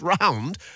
round